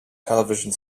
television